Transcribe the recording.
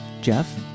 Jeff